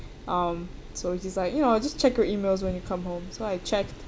um so he's just like you know just check your emails when you come home so I checked